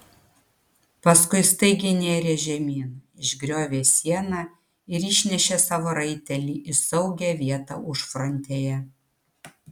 paskui staigiai nėrė žemyn išgriovė sieną ir išnešė savo raitelį į saugią vietą užfrontėje